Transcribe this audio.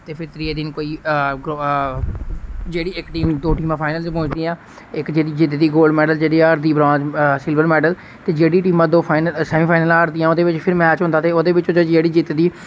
ते फिर त्रीए दिन कोई जेह्ड़ी इक टीम दो टीमां फाइनल च पुजदियां इक जेह्ड़ी जितदी गोल्ड मैडल जेह्ड़ी हार दी ब्रोंज सिल्वर मैडल ते जेह्ड़ी टीमां दो फाइनल सैमी फाइनल हार दियां ओह्दे बिच फिर मैच होंदा ते ओह्दे बिचा जेह्ड़ी जितदी